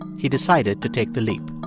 he decided to take the leap